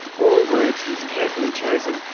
all words he's carefully chosen.